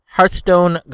Hearthstone